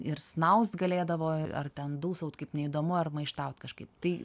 ir snaust galėdavo ar ten dūsaut kaip neįdomu ar maištaut kažkaip tai